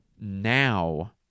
now